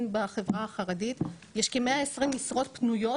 בחברה יש כ-120,000 משרות פנויות